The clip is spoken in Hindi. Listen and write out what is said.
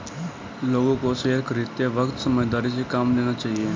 लोगों को शेयर खरीदते वक्त समझदारी से काम लेना चाहिए